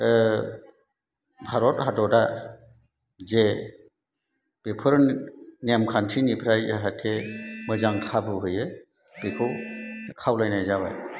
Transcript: भारत हादरा जे बेफोर नेम खान्थिनिफ्राय जाहाथे मोजां खाबु होयो बेखौ खावलायनाय जाबाय